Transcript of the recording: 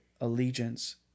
allegiance